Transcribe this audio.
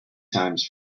times